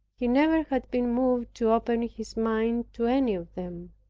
he never had been moved to open his mind to any of them.